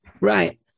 Right